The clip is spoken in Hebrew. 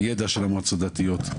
הידע של המועצות הדתיות.